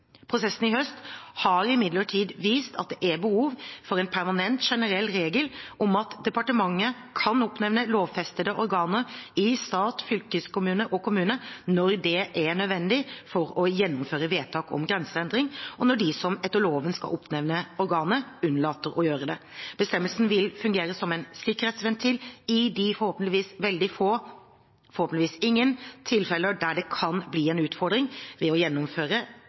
Prosessen i høst har imidlertid vist at det er behov for en permanent, generell regel om at departementet kan oppnevne lovfestede organer i stat, fylkeskommune og kommune når det er nødvendig for å gjennomføre vedtak om grenseendring, og når de som etter loven skal oppnevne organet, unnlater å gjøre det. Bestemmelsen vil fungere som en sikkerhetsventil i de forhåpentligvis veldig få – forhåpentligvis ingen – tilfeller der det kan bli en utfordring ved